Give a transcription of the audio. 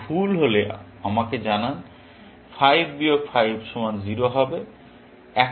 তাই ভুল হলে আমাকে জানান 5 বিয়োগ 5 সমান 0 হবে